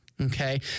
okay